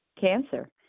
cancer